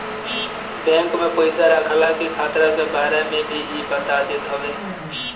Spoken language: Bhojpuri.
बैंक में पईसा रखला के खतरा के बारे में भी इ बता देत हवे